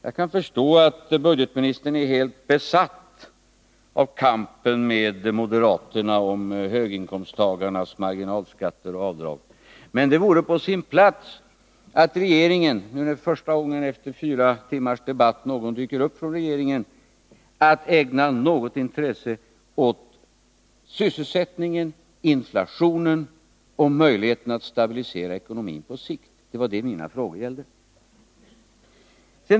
Jag kan förstå att budgetministern är helt besatt av kampen med moderaterna om höginkomsttagarnas marginalskatter och avdrag, men det vore på sin plats att regeringen — när nu för första gången efter fyra timmars debatt någon från regeringen dyker upp — ägnade något intresse åt sysselsättningen, inflationen och möjligheterna att stabilisera ekonomin på sikt. Det var det mina frågor gällde.